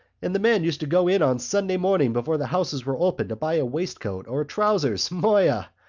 and the men used to go in on sunday morning before the houses were open to buy a waistcoat or a trousers moya!